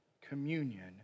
communion